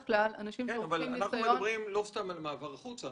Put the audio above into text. אנחנו מדברים לא סתם על מעבר החוצה,